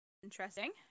Interesting